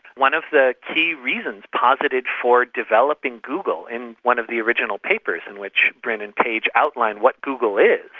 one of the key reasons posited for developing google in one of the original papers in which brin and page outline what google is,